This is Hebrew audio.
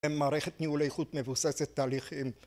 המערכת ניהולי חוט מבוססת תהליך